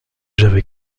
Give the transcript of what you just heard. j’avais